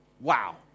Wow